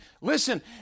listen